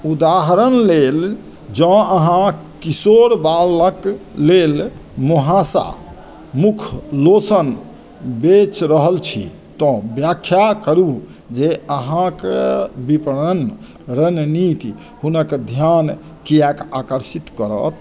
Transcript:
उदाहरण लेल जँ अहाँ किशोर बालक लेल मुहाँसा मुखलोशन बेचि रहल छी तऽ व्याख्या करू जे अहाँके विपणन रणनीति हुनक धिआन किएक आकर्षित करत